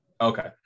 Okay